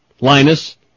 Linus